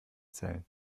zählen